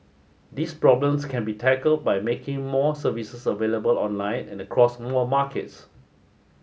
these problems can be tackled by making more services available online and across more markets